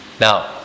Now